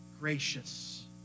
gracious